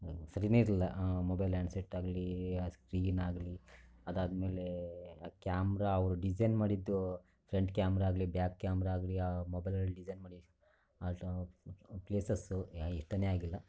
ಸರೀನೆಯಿರಲಿಲ್ಲ mobile hand ಸೆಟ್ಟಾಗಲಿ ಆ ಸ್ಕ್ರೀನಾಗಲಿ ಅದಾದಮೇಲೆ ಆ ಕ್ಯಾಮ್ರಾ ಅವ್ರು ಡಿಸೈನ್ ಮಾಡಿದ್ದು ಫ್ರಂಟ್ ಕ್ಯಾಮರಾಗ್ಲಿ ಬ್ಯಾಕ್ ಕ್ಯಾಮರಾಗ್ಲಿ ಆ ಮೊಬೈಲಲ್ಲಿ ಡಿಸೈನ್ ಮಾಡಿದ್ದು ಪ್ಲೇಸಸ್ಸು ಇಷ್ಟನೇ ಆಗಿಲ್ಲ